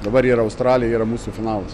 dabar yra australija yra mūsų finalas